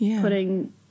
putting